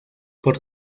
por